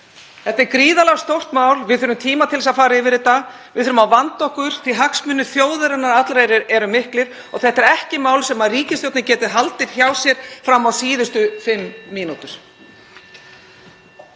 Þetta er gríðarlega stórt mál og við þurfum tíma til þess að fara yfir það. Við þurfum að vanda okkur því hagsmunir þjóðarinnar allrar eru miklir og þetta er ekki mál sem ríkisstjórnin getur haldið hjá sér fram á síðustu fimm mínútur.